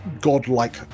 godlike